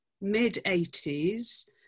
mid-80s